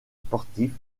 sportif